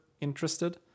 interested